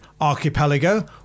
archipelago